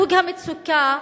סוג המצוקה,